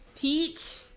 Pete